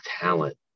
talent